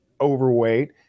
overweight